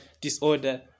disorder